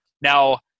Now